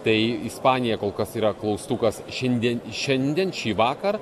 tai ispanija kol kas yra klaustukas šiandien šiandien šįvakar